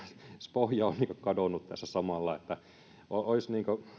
pohja on kadonnut tässä samalla olisi